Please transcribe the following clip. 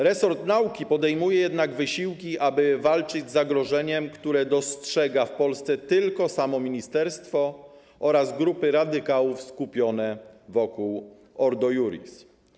Resort nauki podejmuje jednak wysiłki, aby walczyć z zagrożeniem, które dostrzegają w Polsce tylko samo ministerstwo oraz grupy radykałów skupione wokół Ordo Iuris.